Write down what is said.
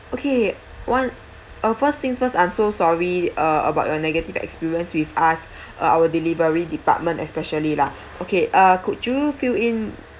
okay one uh first things first I'm so sorry uh about your negative experience with us uh our delivery department especially lah okay uh could you fill in